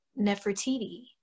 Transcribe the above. Nefertiti